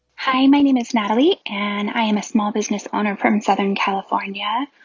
hi. my name is natalie, and i am a small business owner from southern california.